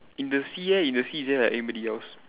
in the sea leh in the sea is there like anybody else